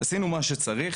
עשינו מה שצריך.